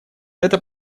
это